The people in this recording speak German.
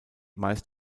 meist